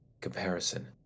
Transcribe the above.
comparison